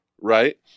Right